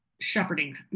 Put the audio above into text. shepherding